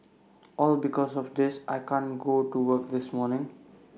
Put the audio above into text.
all because of this I can't go to work this morning